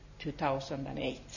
2008